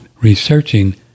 researching